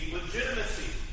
legitimacy